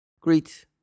Greet